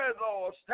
Lord